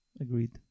Agreed